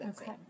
Okay